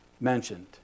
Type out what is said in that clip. mentioned